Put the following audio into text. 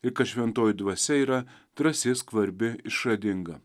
ir kad šventoji dvasia yra drąsi skvarbi išradinga